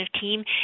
team